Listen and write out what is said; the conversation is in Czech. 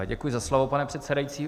Děkuji za slovo, pane předsedající.